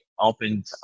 opened